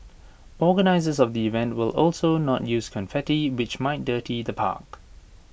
organisers of the event will also not use confetti which might dirty the park